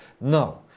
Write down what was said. No